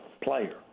player